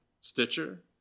Stitcher